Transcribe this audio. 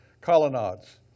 colonnades